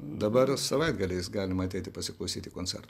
dabar savaitgaliais galima ateiti pasiklausyti koncertų